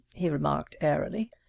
he remarked airily,